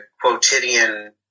quotidian